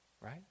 right